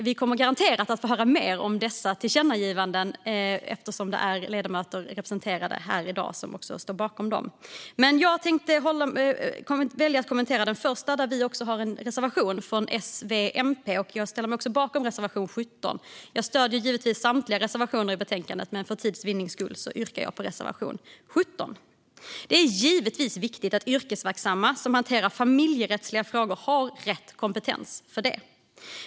Vi kommer garanterat att få höra mer om dessa tillkännagivanden, eftersom det är ledamöter som är representerade här i dag som står bakom dem. Jag väljer att kommentera det första. Där har vi en reservation från S, V och MP. Jag ställer mig bakom reservation 17. Jag stöder givetvis samtliga av våra reservationer i betänkandet, men för att vinna tid yrkar jag bifall endast till reservation 17. Det är givetvis viktigt att yrkesverksamma som hanterar familjerättsliga frågor har rätt kompetens för det.